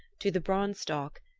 to the branstock,